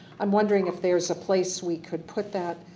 i'm wondering if there is a place we could put that,